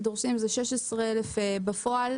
זה 16,000 בפועל,